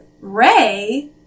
Ray